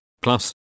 Plus